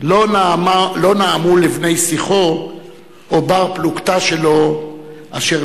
לא נעמו לבני שיחו או לבר-פלוגתא שלו אשר